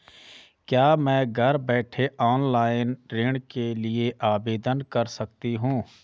क्या मैं घर बैठे ऑनलाइन ऋण के लिए आवेदन कर सकती हूँ?